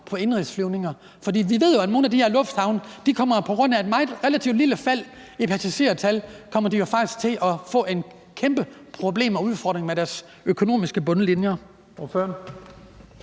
på indenrigsflyvninger? For vi ved jo, at nogle af de her lufthavne på grund af et relativt lille fald i passagertal faktisk kommer til at få kæmpe problemer og udfordringer med deres økonomiske bundlinjer.